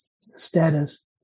status